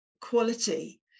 quality